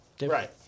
Right